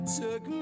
took